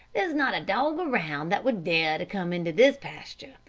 there's not a dog around that would dare to come into this pasture,